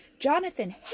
Jonathan